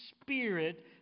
Spirit